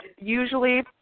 usually